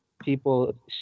people